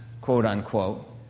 quote-unquote